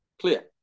clear